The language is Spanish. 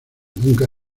nunca